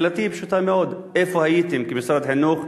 שאלתי היא פשוטה מאוד: איפה הייתם, כמשרד חינוך,